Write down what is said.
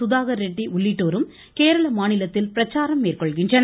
சுதாகர் ரெட்டி உள்ளிட்டோரும் கேரள மாநிலத்தில் பிரச்சாரம் மேற்கொள்கின்றனர்